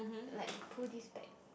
uh like you pull this back